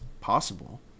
possible